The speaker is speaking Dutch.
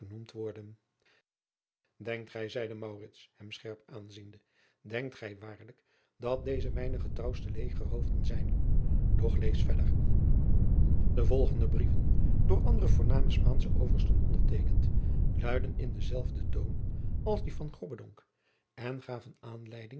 genoemd worden denkt gij zeide maurits hem scherp aanziende denkt gij waarlijk dat deze mijne getrouwste legerhoofden zijn doch lees verder de volgende brieven door andere voorname spaansche oversten onderteekend luidden in den zelfden toon als die van grobbendonck en gaven aanleiding